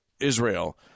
israel